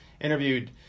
interviewed